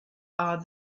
are